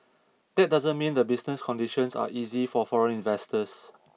that doesn't mean the business conditions are easy for foreign investors